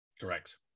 Correct